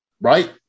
right